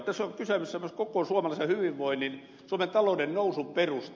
tässä on kyseessä myös koko suomalaisen hyvinvoinnin suomen talouden nousun perusta